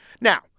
Now